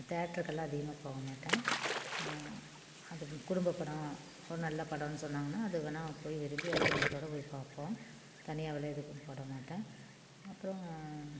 தியேட்டருக்கெல்லாம் அதிகமாக போகமாட்டேன் அதுவும் குடும்பப் படம் ஒரு நல்ல படம்னு சொன்னாங்கன்னா அது வேணா போய் விரும்பி அதை குடும்பத்தோடய போய் பார்ப்போம் தனியாவெல்லாம் எதுக்கும் போடமாட்டேன் அப்புறம்